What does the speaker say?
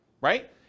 right